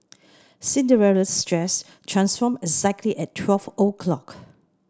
Cinderella's dress transformed exactly at twelve o'clock